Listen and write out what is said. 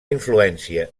influència